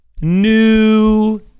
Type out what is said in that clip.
new